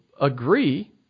agree